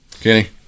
Kenny